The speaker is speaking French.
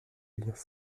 liens